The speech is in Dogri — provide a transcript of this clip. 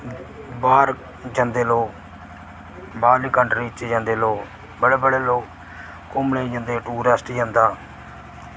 बाह्र जन्दे लोक बाह्रली कंट्री च जन्दे लोक बड़े बड़े लोक घुम्मने जन्दे टूरिस्ट जन्दा